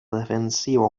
defensivo